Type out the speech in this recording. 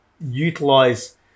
utilize